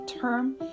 term